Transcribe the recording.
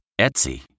Etsy